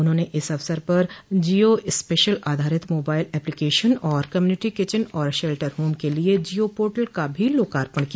उन्होंने इस अवसर जियो स्पेशल आधारित मोबाइल एप्लिकेशन और कम्युनिटी किचन और शेल्टर होम के लिए जियो पोर्टल का भी लोकार्पण किया